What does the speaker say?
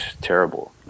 terrible